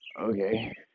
Okay